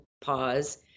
pause